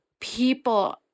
people